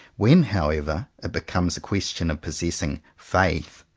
when however it becomes a question of possessing faith,